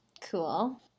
Cool